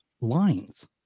lines